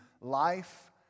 life